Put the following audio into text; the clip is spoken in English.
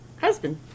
husband